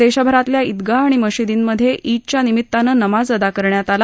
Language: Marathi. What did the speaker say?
देशभरातल्या ईदगाह आणि मशिदींमधे ईदच्या निमित्तानं नमाज अदा करण्यात आला